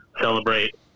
Celebrate